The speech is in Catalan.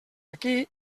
aquí